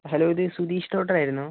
hello ഇത് Sudheesh doctor ആയിരുന്നോ